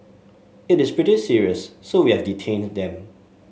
it is pretty serious so we have detained them